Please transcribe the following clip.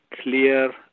clear